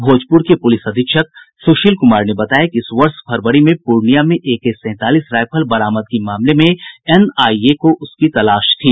भोजपुर के पुलिस अधीक्षक सुशील कुमार ने बताया कि इस वर्ष फरवरी में पूर्णिया में एके सैंतालीस राइफल बरामदगी मामले में एनआईए को उसकी तलाश थी